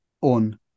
on